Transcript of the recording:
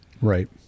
Right